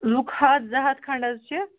لوٗکھ ہَتھ زٕ ہَتھ کھنٛڈ حظ چھِ